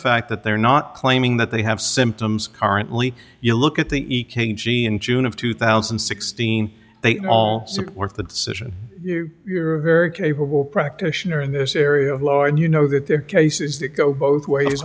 fact that they're not claiming that they have symptoms currently you look at the eking g in june of two thousand and sixteen they all support the decision you're very capable practitioner in this area who are and you know that there are cases that go both ways